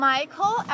Michael